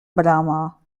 brama